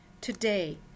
Today